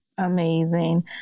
Amazing